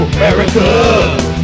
America